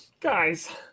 guys